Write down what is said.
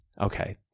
okay